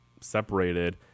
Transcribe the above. separated